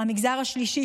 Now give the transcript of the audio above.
המגזר השלישי,